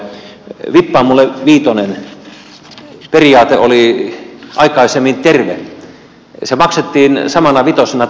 vippaa mulle viitonen periaate oli aikaisemmin terve se maksettiin samana vitosena takaisin